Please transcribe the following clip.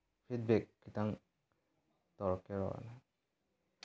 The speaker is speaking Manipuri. ꯐꯤꯗꯕꯦꯛ ꯈꯤꯇꯪ ꯇꯧꯔꯛꯀꯦꯔꯣ ꯅꯪ